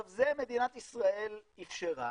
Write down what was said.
זה מדינת ישראל אפשרה